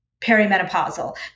perimenopausal